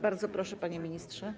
Bardzo proszę, panie ministrze.